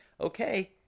okay